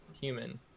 human